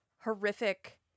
horrific